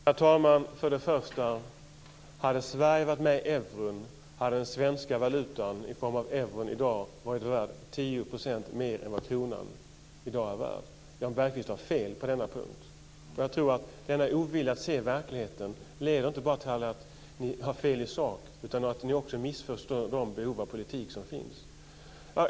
Herr talman! Först och främst: Hade Sverige varit med i EMU hade den svenska valutan i form av euron i dag varit värd 10 % mer än vad kronan i dag är värd. Jan Bergqvist har fel på denna punkt. Jag tror att denna ovilja att se verkligheten inte bara leder till att ni har fel i sak, utan att ni också missförstår de behov av politik som finns.